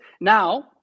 now